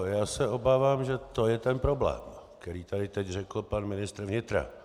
Já se obávám, že to je ten problém, který tady teď řekl pan ministr vnitra.